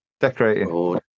decorating